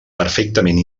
perfectament